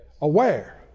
aware